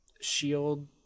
shield